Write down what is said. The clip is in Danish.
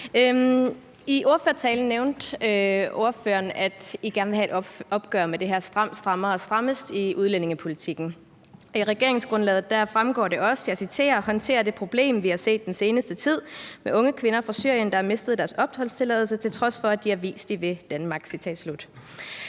I ordførertalen nævnte ordføreren, at man gerne ville have et opgør med det her stram, strammere, strammest i udlændingepolitikken. Af regeringsgrundlaget fremgår det også, at man vil, og jeg citerer: »Håndtere det problem, vi har set den seneste tid, med unge kvinder fra Syrien, der har mistet deres opholdstilladelse til trods for, at de har vist, at de vil Danmark.«